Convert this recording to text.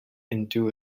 into